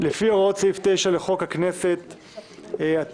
לפי הוראות סעיף 9 לחוק הכנסת, התשנ"ד-1994,